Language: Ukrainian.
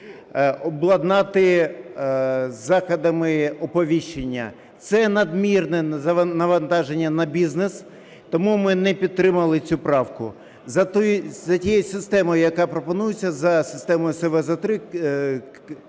обладнати заходами оповіщення. Це надмірне навантаження на бізнес. Тому ми не підтримали цю правку. За тією системою, яка пропонується, за системою …